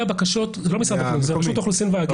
לא למשרד הפנים אלא לרשות האוכלוסין וההגירה.